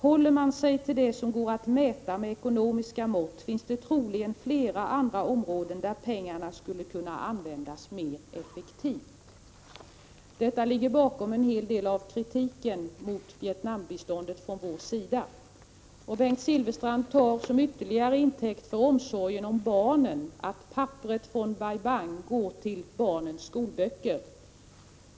Håller man sig till det som går att mäta med ekonomiska mått, finns uEVecktingssgrnar berg m.m. det troligen flera andra områden där pengarna skulle kunnat användas mer effektivt.” Detta ligger bakom en hel del av vår kritik mot Vietnambiståndet. Bengt Silfverstrand tar som ytterligare intäkt för omsorgen om barnen att papperet från Bai Bang går till barnens skolböcker.